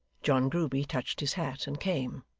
john grueby touched his hat, and came.